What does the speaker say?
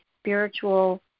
spiritual